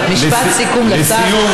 משפט סיכום לשר.